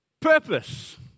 Purpose